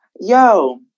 yo